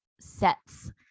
sets